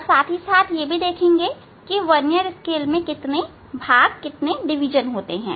और vernier scale में कितने भाग होते हैं